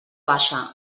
baixa